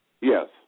Yes